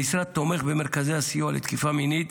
המשרד תומך במרכזי הסיוע לתקיפה מינית